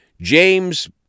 James